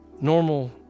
normal